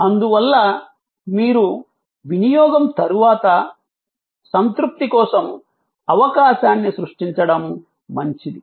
అందువల్ల మీరు వినియోగం తరువాత సంతృప్తి కోసం అవకాశాన్ని సృష్టించడం మంచిది